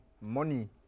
Money